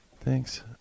Thanks